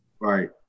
Right